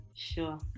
sure